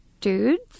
dudes